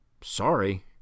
Sorry